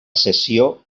cessió